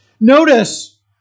Notice